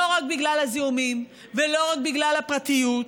לא רק בגלל הזיהומים ולא רק בגלל הפרטיות,